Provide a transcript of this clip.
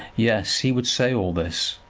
yes! he would say all this,